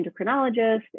endocrinologist